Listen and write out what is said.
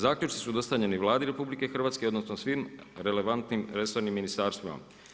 Zaključci su dostavljeni Vladi RH odnosno svim relevantnim resornim ministarstvima.